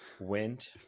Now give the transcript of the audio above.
went